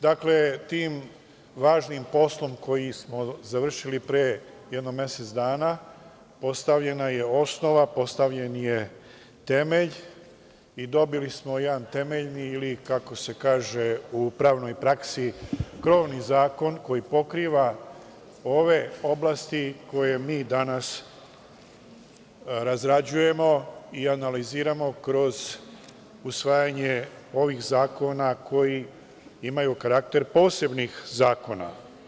Dakle, tim važnim poslom koji smo završili pre jedno mesec dana postavljena je osnova, postavljen je temelj i dobili smo jedan temeljni, ili kako se kaže u pravnoj praksi krovni zakon koji pokriva ove oblasti koje mi danas razrađujemo, i analiziramo kroz usvajanje ovih zakona koji imaju karakter posebnih zakona.